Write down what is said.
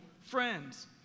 friends